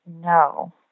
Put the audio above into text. No